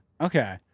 okay